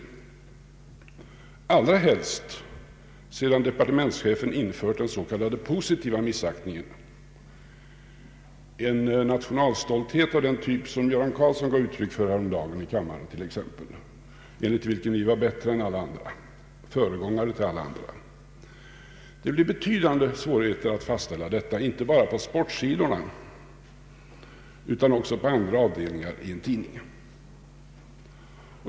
Detta gäller speciellt sedan departementschefen infört den s.k. positiva missaktningen — en nationalstolthet av den typ som exempelvis herr Göran Karlsson gav uttryck för häromdagen i kammaren, enligt vilken vi var bättre än alla andra och föregångare för alla andra. Det kommer att bli betydande svårigheter att fastställa när missaktning föreligger, och detta inte bara på sportsidorna utan också på andra avdelningar i en tidning.